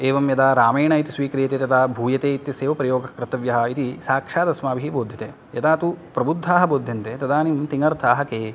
एवं यदा रामेण इति स्वीक्रियते तदा भूयते इत्यस्येव् प्रयोग कर्तव्यः इति साक्षात् अस्माभिः बोध्यते यदा तु प्रबुद्धाः बोध्यन्ते तदानीं तिङ्गर्थाः के